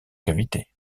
cavités